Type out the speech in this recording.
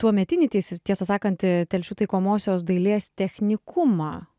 tuometinį teisis tiesą sakant telšių taikomosios dailės technikumą